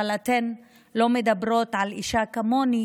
אבל אתן לא מדברות על אישה כמוני